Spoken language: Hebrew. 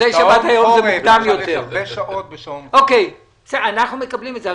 אנחנו מקבלים את זה.